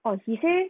orh he said